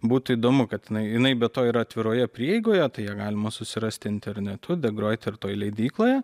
būtų įdomu kad jinai jinai be to atviroje prieigoje tai ją galima susirasti internetu degroiter toj leidykloje